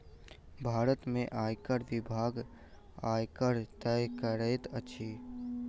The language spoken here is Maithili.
भारत में आयकर विभाग, आयकर तय करैत अछि